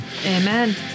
Amen